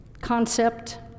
concept